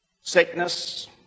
sickness